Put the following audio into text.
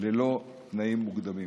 ללא תנאים מוקדמים.